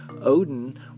Odin